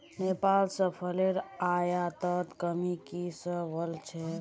नेपाल स फलेर आयातत कमी की स वल छेक